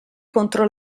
contro